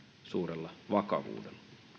suurella vakavuudella